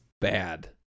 bad